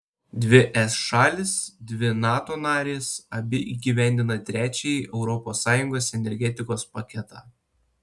dvi es šalys dvi nato narės abi įgyvendina trečiąjį europos sąjungos energetikos paketą